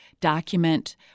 document